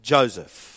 Joseph